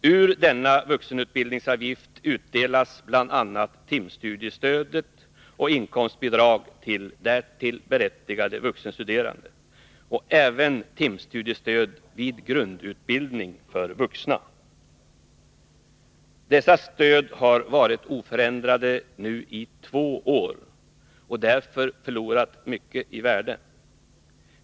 Från denna vuxenutbildningsavgift utbetalas bl.a. timstudiestöd, inkomstbidrag till därtill berättigade vuxenstuderande och även timersättning vid grundutbildning för vuxna. Dessa stöd har nu varit oförändrade i två år och därigenom förlorat mycket i värde.